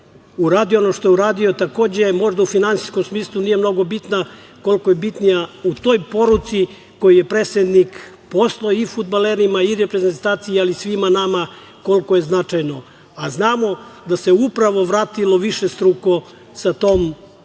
uradio ono što je uradio takođe možda u finansijskom smislu nije mnogo bitna, koliko je bitnija u toj poruci koju je predsednik poslao i fudbalerima i reprezentaciji, ali i svima nama, koliko je značajno, a znamo da se upravo vratilo višestruko sa tom